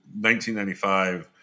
1995